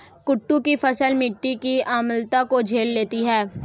कुट्टू की फसल मिट्टी की अम्लता को झेल लेती है